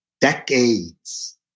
decades